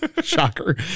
Shocker